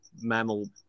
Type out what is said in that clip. mammal